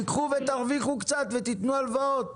תיקחו ותרוויחו קצת ותיתנו הלוואות.